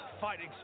fighting